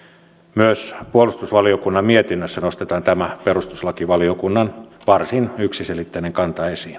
myös puolustusvaliokunnan mietinnössä nostetaan tämä perustuslakivaliokunnan varsin yksiselitteinen kanta esiin